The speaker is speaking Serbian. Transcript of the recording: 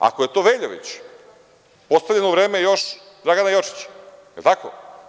Ako je to Veljović, postavljen u vreme još Dragana Jočića, da li je tako?